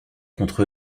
contre